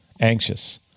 anxious